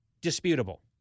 disputable